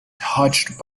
touched